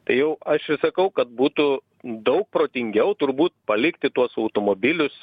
tai jau aš ir sakau kad būtų daug protingiau turbūt palikti tuos automobilius